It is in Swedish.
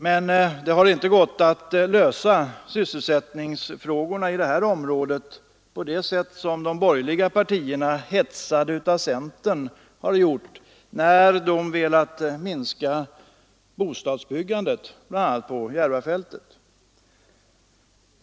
Men det har inte gått att lösa sysselsättningsfrågorna i det här området på det sätt som de borgerliga partierna, hetsade av centern, har försökt när de velat minska bostadsbyggandet, bl.a. Järvafältet.